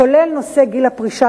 כולל נושא גיל הפרישה,